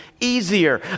easier